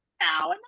now